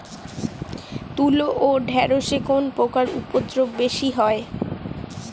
তুলো ও ঢেঁড়সে কোন পোকার উপদ্রব বেশি হয়?